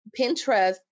Pinterest